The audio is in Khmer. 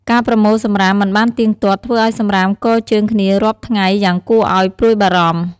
ការប្រមូលសំរាមមិនបានទៀងទាត់ ធ្វើឱ្យសំរាមគរជើងគ្នារាប់ថ្ងៃយ៉ាងគួរឲ្យព្រួយបារម្ភ។